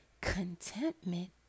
contentment